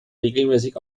regelmäßig